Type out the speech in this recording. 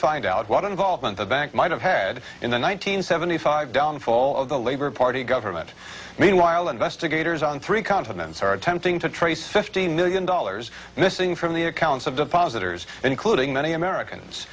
find out what involvement the back might have had in the one nine hundred seventy five downfall of the labor party government meanwhile investigators on three continents are attempting to trace fifteen million dollars missing from the accounts of depositors including many americans